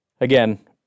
Again